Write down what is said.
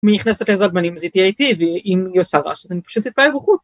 אם היא נכנסת לעזרת בנים אז היא תהיה איתי ואם היא עושה רעש אז אני פשוט אשאר בחוץ